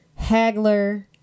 Hagler